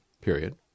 period